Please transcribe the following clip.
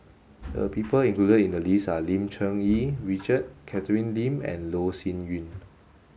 the people included in the list are Lim Cherng Yih Richard Catherine Lim and Loh Sin Yun